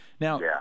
Now